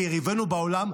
ליריבינו בעולם,